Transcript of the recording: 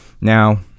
now